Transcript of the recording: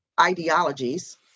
ideologies